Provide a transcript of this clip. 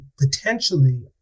potentially